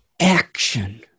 action